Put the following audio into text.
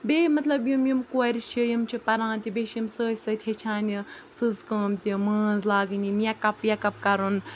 بیٚیہِ مطلب یِم یِم کورِ چھِ یِم چھِ پَران تہِ بیٚیہِ چھِ یِم سۭتۍ سۭتۍ ہیٚچھان یہِ سٕژ کٲم تہِ مٲنٛز لاگٕنۍ یہِ میکَپ ویکَپ کَرُن